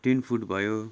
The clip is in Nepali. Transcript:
टिन फुड भयो